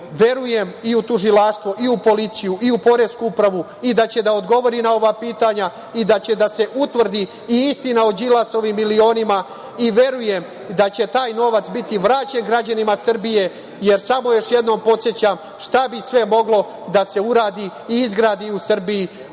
verujem i u tužilaštvo i u policiju i u poresku upravu i da će da odgovori na ova pitanja i da će da se utvrdi istina o Đilasovim milionima i verujem da će taj novac biti vraćen građanima Srbije, jer, samo još jednom podsećam, šta bi sve moglo da se uradi i izgradi u Srbiji